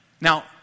Now